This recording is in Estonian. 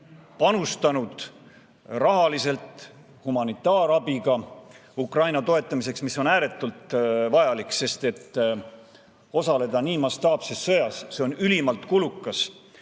panustanud rahaliselt ja humanitaarabiga Ukraina toetamisse. See on ääretult vajalik, sest osaleda nii mastaapses sõjas on ülimalt kulukas.